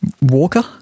Walker